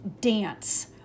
dance